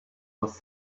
was